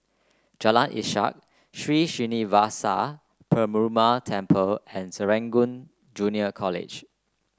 Jalan Ishak Sri Srinivasa Perumal Temple and Serangoon Junior College